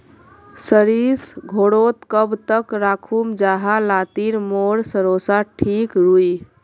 सरिस घोरोत कब तक राखुम जाहा लात्तिर मोर सरोसा ठिक रुई?